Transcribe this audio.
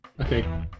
Okay